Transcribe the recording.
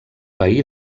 veí